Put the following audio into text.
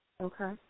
okay